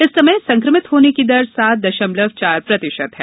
इस समय संक्रमित होने की दर सात दशमलव चार प्रतिशत है